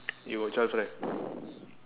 you got twelve right